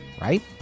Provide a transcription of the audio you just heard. right